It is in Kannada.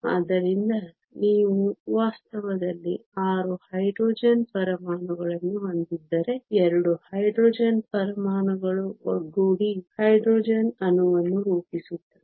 ಆದ್ದರಿಂದ ನೀವು ವಾಸ್ತವದಲ್ಲಿ 6 ಹೈಡ್ರೋಜನ್ ಪರಮಾಣುಗಳನ್ನು ಹೊಂದಿದ್ದರೆ 2 ಹೈಡ್ರೋಜನ್ ಪರಮಾಣುಗಳು ಒಗ್ಗೂಡಿ ಹೈಡ್ರೋಜನ್ ಅಣುವನ್ನು ರೂಪಿಸುತ್ತವೆ